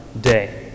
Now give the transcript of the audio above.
day